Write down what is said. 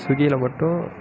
ஸ்விகியில் மட்டும்